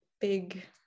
big